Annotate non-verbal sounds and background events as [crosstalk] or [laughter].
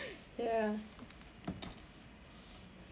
[laughs] ya